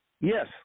Yes